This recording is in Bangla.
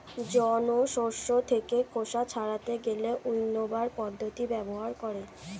জন শস্য থেকে খোসা ছাড়াতে গেলে উইন্নবার পদ্ধতি ব্যবহার করে